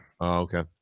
Okay